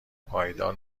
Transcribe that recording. پایدار